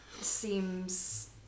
seems